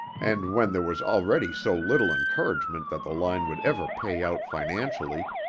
and when there was already so little encouragement that the line would ever pay out financially,